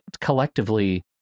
collectively